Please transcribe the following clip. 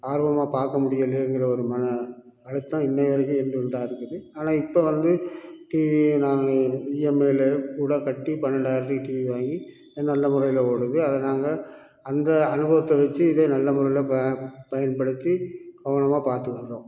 ஆர்வமாக பார்க்க முடியலயேங்கிற ஒரு மன அழுத்தம் இன்னே வரைக்கும் இருந்துக்கொண்டு தான் இருக்குது ஆனால் இப்போ வந்து டிவி நான் இஎம்ஐயில் கூடக்கட்டி பன்னெண்டாயிரத்துக்கு டிவி வாங்கி அது நல்ல முறையில் ஓடுது அதை நாங்க அந்த அனுபவத்தை வச்சி இதை நல்ல முறையில் ப பயன்படுத்தி கவனமாக பார்த்துக்குறோம்